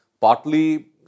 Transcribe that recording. partly